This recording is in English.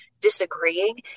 disagreeing